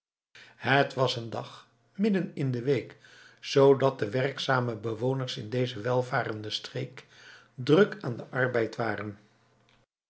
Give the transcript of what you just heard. het was een dag midden in de week zoodat de werkzame bewoners in deze welvarende streek druk aan den arbeid waren